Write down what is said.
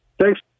Thanks